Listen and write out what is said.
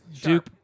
Duke